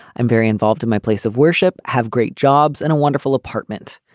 i'm very involved in my place of worship, have great jobs and a wonderful apartment.